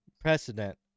precedent